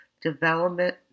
development